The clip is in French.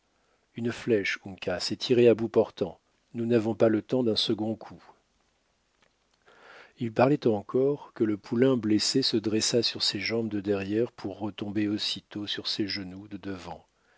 une flèche uncas et tirez à bout portant nous n'avons pas le temps d'un second coup il parlait encore que le poulain blessé se dressa sur ses jambes de derrière pour retomber aussitôt sur ses genoux de devant